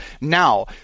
Now